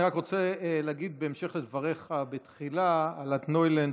אני רק רוצה להגיד בהמשך לדבריך בתחילה על "אלטנוילנד",